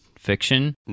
Fiction